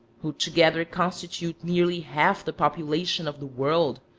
who together constitute nearly half the population of the world,